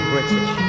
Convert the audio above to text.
British